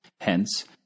Hence